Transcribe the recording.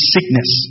Sickness